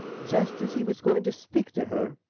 just as he was going to speak to her,